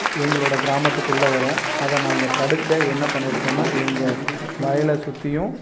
எங்களோடய கிராமத்துக்குள்ளே வரும் அதை நாங்கள் தடுக்க என்ன பண்ணிருக்கோம்னா எங்கள் வயலை சுற்றியும்